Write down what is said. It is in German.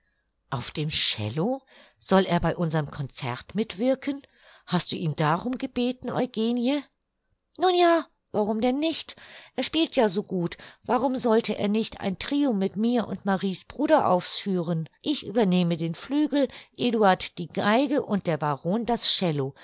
auf dem cello soll er bei unserm concert mitwirken hast du ihn darum gebeten eugenie nun ja warum denn nicht er spielt ja so gut warum sollte er nicht ein trio mit mir und maries bruder ausführen ich übernehme den flügel eduard die geige und der baron das cello